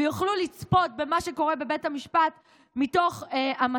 יוכלו לצפות במה שקורה בבית המשפט מן המסך,